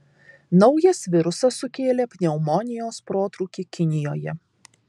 naujas virusas sukėlė pneumonijos protrūkį kinijoje